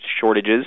shortages